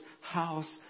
house